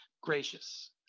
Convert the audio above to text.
gracious